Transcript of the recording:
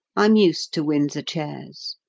i'm used to windsor chairs,